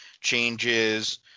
changes